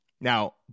Now